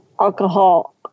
alcohol